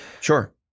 Sure